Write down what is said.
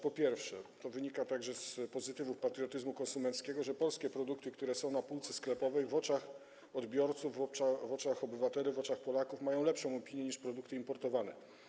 Po pierwsze, to wynika także z pozytywów patriotyzmu konsumenckiego, zauważono, że polskie produkty, które są na półkach sklepowych, w oczach odbiorców, w oczach obywateli, w oczach Polaków są... mają one lepszą opinię niż produkty importowane.